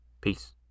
Peace